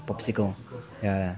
popsicles ya ya